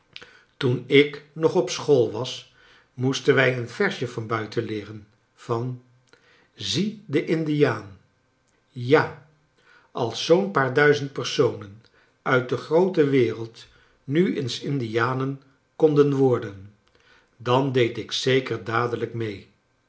toen ik nog op school was moesten wij eenversje van buiten leeren van zie den indiaan ja als zoo'n paar duizend personen uit de groote wereld nu eens indianen konden worden dan deed ik zeker dadelijk mee